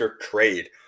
trade